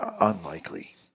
unlikely